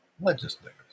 legislators